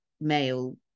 male